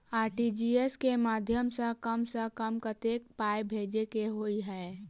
RTGS केँ माध्यम सँ कम सऽ कम केतना पाय भेजे केँ होइ हय?